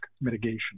mitigation